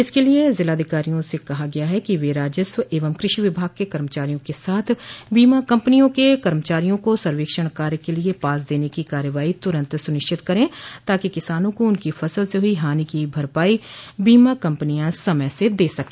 इसके लिये जिलाधिकारियों से कहा गया है कि वे राजस्व एवं कृषि विभाग के कर्मचारियों के साथ बीमा कम्पनियों के कर्मचारियों को सर्वेक्षण कार्य के लिये पास देने की कार्रवाई तुरन्त सुनिश्चित करे ताकि किसानों को उनकी फसल से हुई हानि की भरपाई बीमा कम्पनियां समय से दे सके